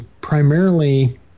primarily